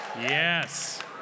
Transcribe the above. Yes